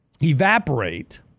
evaporate